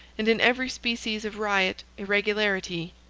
and in every species of riot, irregularity,